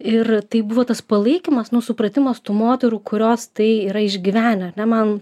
ir tai buvo tas palaikymas nu supratimas tų moterų kurios tai yra išgyvenę ar ne man